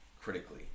critically